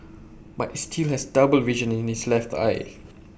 but he still has double vision in his left eye